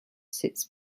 sits